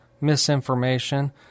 misinformation